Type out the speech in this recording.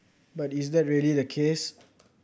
but is that really the case